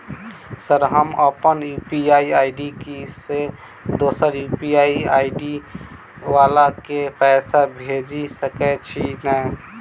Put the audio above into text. Sir हम अप्पन UPI ID सँ दोसर यु.पी.आई आई.डी वला केँ पैसा भेजि सकै छी नै?